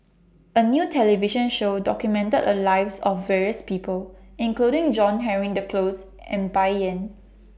A New television Show documented The Lives of various People including John Henry Duclos and Bai Yan